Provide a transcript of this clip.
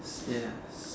yes